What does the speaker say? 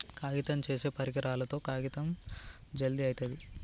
కాగితం చేసే పరికరాలతో కాగితం జల్ది అయితది